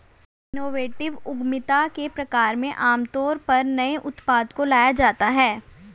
innovative उद्यमिता के प्रकार में आमतौर पर नए उत्पाद को लाया जाता है